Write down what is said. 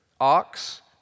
ox